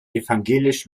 evangelisch